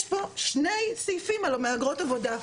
יש פה 2 סעיפים על מהגרות עבודה,